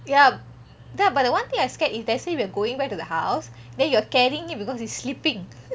ya but the one thing I scared if let's say we are going back to the house then you're carrying him because he sleeping